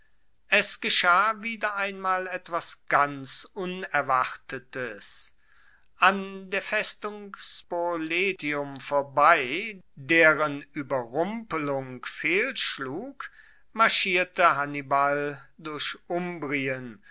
es geschah wieder einmal etwas ganz unerwartetes an der festung spoletium vorbei deren ueberrumpelung fehlschlug marschierte hannibal durch umbrien